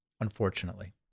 Unfortunately